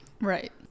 Right